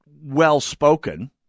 well-spoken